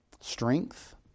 strength